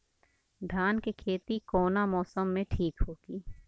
धान के खेती कौना मौसम में ठीक होकी?